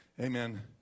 Amen